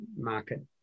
market